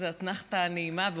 איזו אתנחתה נעימה,